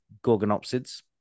Gorgonopsids